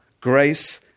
grace